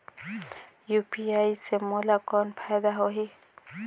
UPI से मोला कौन फायदा होही?